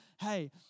hey